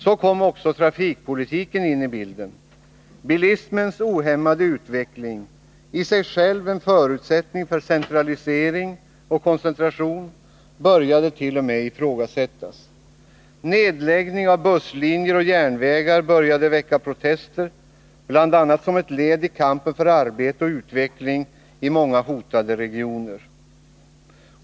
Så kom också trafikpolitiken in i bilden. Bilismens ohämmade utveckling — i sig själv en förutsättning för centralisering och koncentration — började t.o.m. ifrågasättas. Nedläggning av busslinjer och järnvägar började väcka protester, bl.a. som ett led i kampen för arbete och utveckling i många hotade regioner.